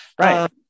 Right